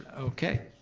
okay,